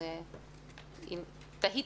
ולכן תהיתי.